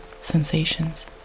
sensations